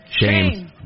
Shame